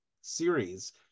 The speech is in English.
series